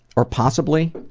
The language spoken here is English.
or possibly,